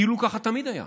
כאילו ככה תמיד היה.